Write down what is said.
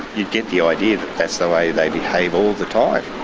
you get the idea that that's the way they behave all the time.